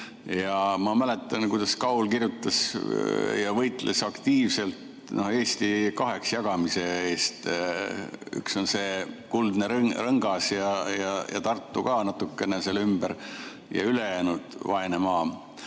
Ma mäletan, kuidas Kaul kirjutas ja võitles aktiivselt Eesti kaheks jagamise eest: üks on see kuldne rõngas ja Tartu ka natukene selle ümber ning ülejäänud on vaene maa.